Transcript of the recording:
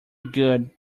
good